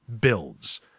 builds